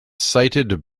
cited